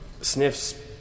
sniffs